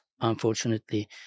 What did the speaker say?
unfortunately